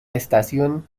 estación